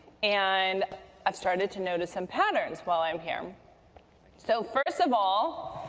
and i started to notice some patterns while i'm here. and so first of all,